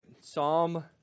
Psalm